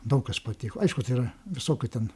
daug kas patiko aišku tai yra visokių ten